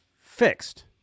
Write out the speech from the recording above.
fixed